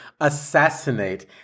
assassinate